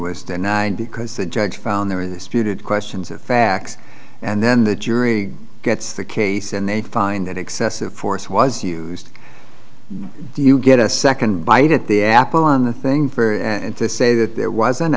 was denied because the judge found there in the student questions of facts and then the jury gets the case and they find that excessive force was used do you get a second bite at the apple on the thing for and to say that there wasn't